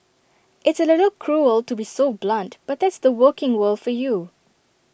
it's A little cruel to be so blunt but that's the working world for you